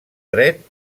dret